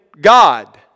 God